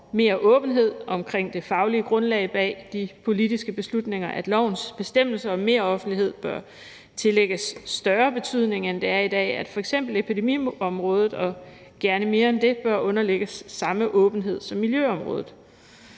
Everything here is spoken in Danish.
mere åbenhed omkring det faglige grundlag bag de politiske beslutninger, at lovens bestemmelser om meroffentlighed bør tillægges større betydning end sådan, som det er i dag, og at f.eks. epidemiområdet og gerne mere det bør underlægges samme åbenhed som miljøområdet.